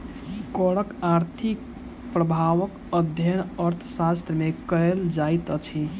करक आर्थिक प्रभावक अध्ययन अर्थशास्त्र मे कयल जाइत अछि